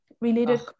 related